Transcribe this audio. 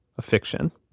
a fiction.